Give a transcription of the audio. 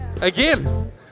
again